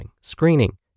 screening